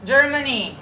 Germany